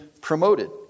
promoted